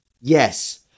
yes